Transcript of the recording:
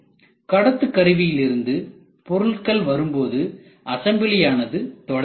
கடத்துக்கருவியிலிருந்து பொருட்கள் வரும்போது அசம்பிளி ஆனது தொடங்குகிறது